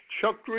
Chuck